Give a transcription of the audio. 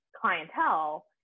clientele